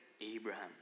Abraham